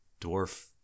dwarf